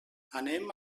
anem